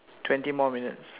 twenty more minutes